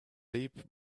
deep